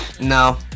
No